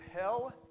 hell